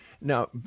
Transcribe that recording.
Now